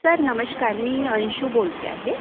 sir नमस्कार मी अंशू बोलते आहे